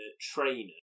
trainer